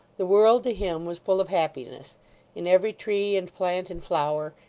the world to him was full of happiness in every tree, and plant, and flower,